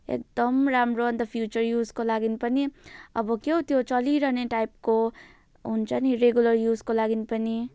एकदम राम्रो अनि त फ्युचर युजको लागि पनि अब के हो त्यो चलिरहने टाइपको हुन्छ नि रेगुलर युजको लागि पनि